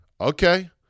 Okay